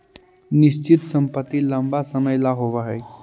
निश्चित संपत्ति लंबा समय ला होवऽ हइ